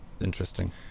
interesting